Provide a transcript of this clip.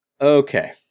Okay